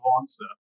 answer